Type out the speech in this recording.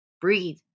breathe